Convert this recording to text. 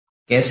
कैसे